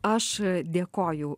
aš dėkoju